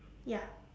ya